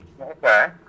Okay